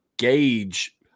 gauge